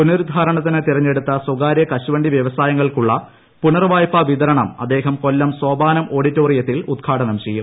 പുനരുദ്ധാരണിത്തിന് തിരഞ്ഞെടുത്ത സ്വകാര്യ കശുവണ്ടി വ്യവസായങ്ങ്ക്കുള്ള പുനർവായ്പാ വിതരണം അദ്ദേഹം കൊല്പം സ്ട്രോപ്പാനം ഓഡിറ്റോറിയത്തിൽ ഉദ്ഘാടനം ചെയ്യും